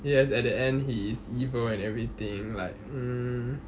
yes at the end he is evil and everything like mm